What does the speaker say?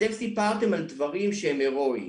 אתם סיפרתם על דברים שהם הרואיים.